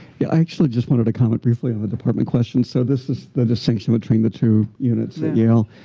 yeah i actually just wanted to comment briefly on the department question. so this is the distinction between the two units at yale.